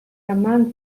among